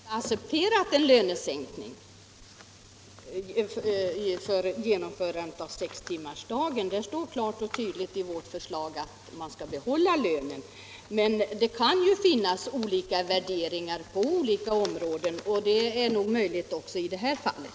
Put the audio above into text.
Herr talman! Vi har inte accepterat en lönesänkning för genomförandet av sextimmarsdagen. Det står klart och tydligt angivet i vårt förslag att man skall behålla lönen. Men det kan finnas olika värderingar på skilda områden i detta sammanhang, och det är nog också möjligt i det här fallet.